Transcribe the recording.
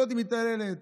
זאתי מתעללת,